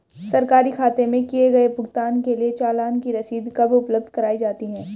सरकारी खाते में किए गए भुगतान के लिए चालान की रसीद कब उपलब्ध कराईं जाती हैं?